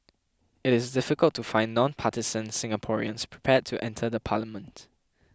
it is difficult to find non partisan Singaporeans prepared to enter the parliament